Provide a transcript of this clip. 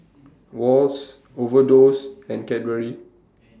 Wall's Overdose and Cadbury